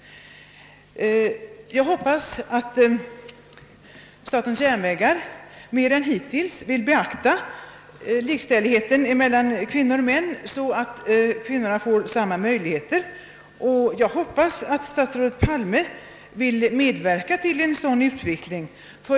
Jag hoppas att statens järnvägar mer än hittills vill beakta likställigheten mellan kvinnor och män, så att kvinnorna får samma möjligheter som männen att erhålla olika befattningar. Jag hoppas också att statsrådet Palme vill medverka till en sådan utveckling.